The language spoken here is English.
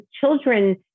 children